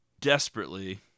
desperately